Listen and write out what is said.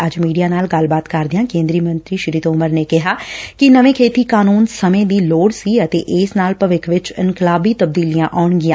ਅੱਜ ਮੀਡੀਆ ਨਾਲ ਗੱਲਬਾਤ ਕਰਦਿਆਂ ਕੇਂਦਰ ਮੰਤਰੀ ਨੇ ਕਿਹਾ ਕਿ ਨਵੇਂ ਖੇਤੀ ਕਾਨੂੰਨ ਸਮੇਂ ਦੀ ਲੋੜ ਸੀ ਅਤੇ ਇਸ ਨਾਲ ਭਵਿੱਖ ਵਿਚ ਇਨਕਲਾਬੀ ਤਬਦੀਲੀਆਂ ਆਉਣਗੀਆਂ